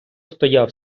стояв